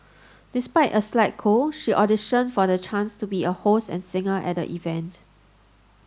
despite a slight cold she auditioned for the chance to be a host and a singer at the event